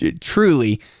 truly